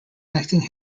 acting